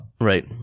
Right